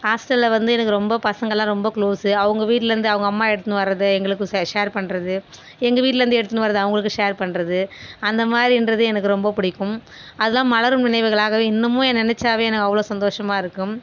ஹாஸ்டலில் வந்து எனக்கு ரொம்ப பசங்களாம் ரொம்ப க்ளோஸ்ஸு அவங்க வீட்டிலருந்து அவங்க அம்மா எடுத்துன்னு வரதை எங்களுக்கு ஷே ஷேர் பண்ணுறது எங்கள் வீட்டிலேந்து எடுத்துன்னு வரத அவங்களுக்கு ஷேர் பண்ணுறது அந்த மாதிரின்றது எனக்கு ரொம்ப பிடிக்கும் அதுலாம் மலரும் நினைவுகளாகவே இன்னுமும் நினச்சாவே எனக்கு அவ்வளோ சந்தோஷமாக இருக்கும்